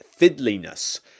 fiddliness